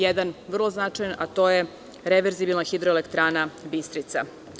Jedan je vrlo značajan – reverzibilna hidroelektrana Bistrica.